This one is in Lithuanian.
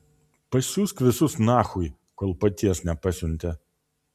pasiųsk visus nachui kol paties nepasiuntė